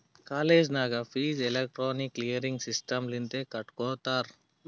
college ನಾಗೂ fees electronic clearing system ಲಿಂತೆ ಕಟ್ಗೊತ್ತಾರ್